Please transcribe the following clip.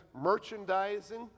merchandising